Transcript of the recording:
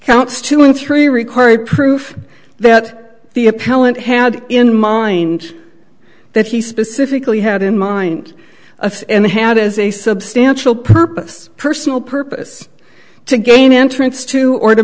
counts two and three require proof that the appellant had in mind that he specifically had in mind and had as a substantial purpose personal purpose to gain entrance to or to